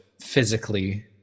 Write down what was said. physically